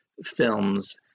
films